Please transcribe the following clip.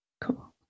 Cool